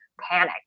panic